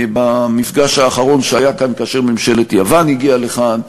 במפגש האחרון שהיה כאן כאשר ממשלת יוון הגיע לכאן,